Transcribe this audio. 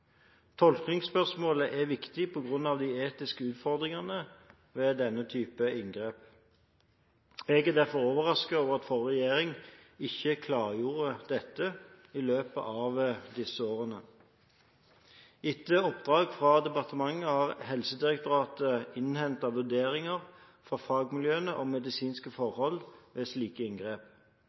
Tolkningsspørsmålet er viktig på grunn av de etiske utfordringene ved denne type inngrep. Jeg er derfor overrasket over at forrige regjering ikke klargjorde dette i løpet av disse årene. Etter oppdrag fra departementet har Helsedirektoratet innhentet vurderinger fra fagmiljøene om medisinske forhold ved slike inngrep.